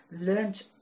learned